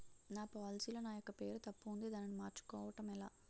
నా పోలసీ లో నా యెక్క పేరు తప్పు ఉంది దానిని మార్చు కోవటం ఎలా?